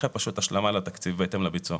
אלא פשוט השלמה לתקציב בהתאם לביצוע.